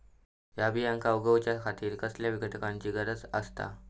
हया बियांक उगौच्या खातिर कसल्या घटकांची गरज आसता?